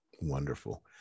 Wonderful